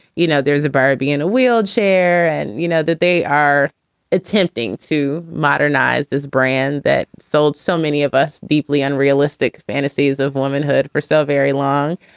you know, there's a barbie in a wheelchair and you know that they are attempting to modernize this brand that sold so many of us deeply unrealistic fantasies of womanhood for so very long.